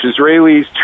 Israelis